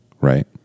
right